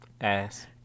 Ass